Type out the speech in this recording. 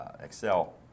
Excel